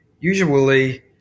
usually